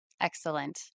Excellent